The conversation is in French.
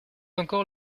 encore